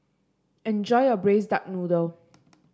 enjoy your Braised Duck Noodle